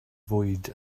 fwyd